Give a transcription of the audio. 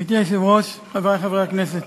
גברתי היושבת-ראש, חברי חברי הכנסת,